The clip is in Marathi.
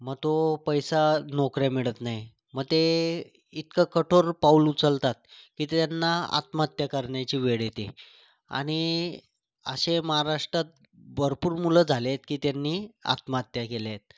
मग तो पैसा नोकऱ्या मिळत नाही मग ते इतकं कठोर पाऊल उचलतात की त्यांना आत्महत्या करण्याची वेळ येते आणि असे महाराष्ट्रात भरपूर मुलं झालेत की त्यांनी आत्महत्या केल्या आहेत